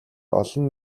олон